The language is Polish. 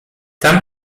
tam